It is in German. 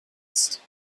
ist